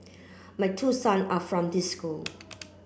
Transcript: my two son are from this school